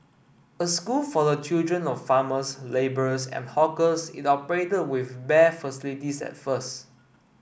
a school for the children of farmers labourers and hawkers it operated with bare facilities at first